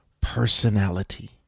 personality